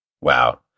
wow